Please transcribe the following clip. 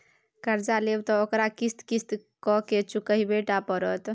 कर्जा लेब त ओकरा किस्त किस्त कए केँ चुकबहिये टा पड़त